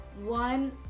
one